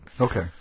Okay